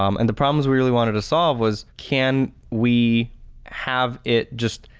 um and the problems we really wanted to solve was can we have it just